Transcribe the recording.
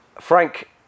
Frank